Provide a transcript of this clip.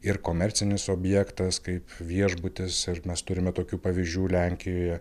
ir komercinis objektas kaip viešbutis ir mes turime tokių pavyzdžių lenkijoje